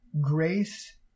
grace